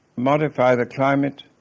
modify the climate,